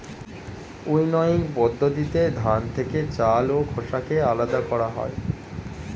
winnowing পদ্ধতিতে ধান থেকে চাল ও খোসাকে আলাদা করা হয়